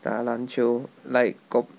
打篮球 like go